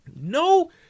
No